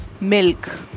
milk